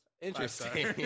Interesting